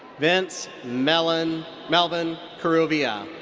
vince melvin melvin kuruvilla.